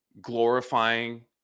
glorifying